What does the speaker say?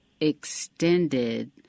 extended